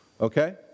Okay